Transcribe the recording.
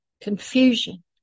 confusion